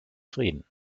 frieden